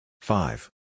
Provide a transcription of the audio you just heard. Five